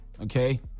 okay